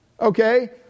okay